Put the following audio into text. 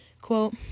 Quote